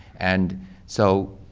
and so